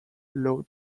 low